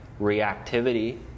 reactivity